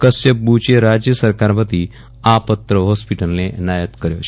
કશ્યપ બુચે રાજ્ય સરકાર વતી આ પત્ર હોસ્પિટલને એનાયત કર્યો છે